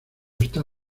está